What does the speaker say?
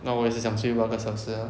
那我也是想睡八个小时 ah